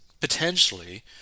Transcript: potentially